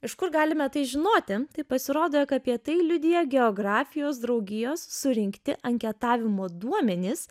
iš kur galime tai žinoti tai pasirodo jog apie tai liudija geografijos draugijos surinkti anketavimo duomenys